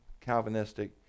Calvinistic